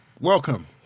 Welcome